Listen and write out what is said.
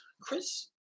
Chris